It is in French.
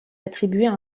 attribuer